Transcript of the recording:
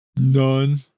none